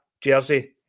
jersey